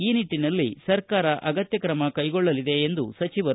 ಈ ನಿಟ್ಟನಲ್ಲಿ ಸರ್ಕಾರ ಅಗತ್ಯಕ್ರಮ ಕೈಗೊಳ್ಳಲಿದೆ ಎಂದರು